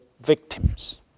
victims